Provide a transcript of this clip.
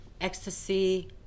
ecstasy